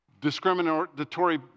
discriminatory